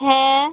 হ্যাঁ